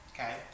Okay